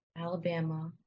Alabama